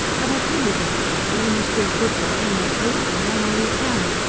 but i tell you what, trotty you must be a good girl and make haste and learn all you can.